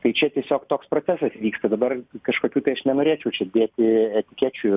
tai čia tiesiog toks procesas vyksta dabar kažkokių tai aš nenorėčiau čia dėti etikečių